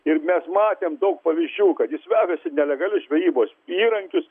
ir mes matėm daug pavyzdžių kad jis vežasi nelegalius žvejybos įrankius